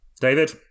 David